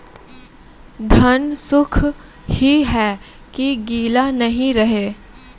धान सुख ही है की गीला नहीं रहे?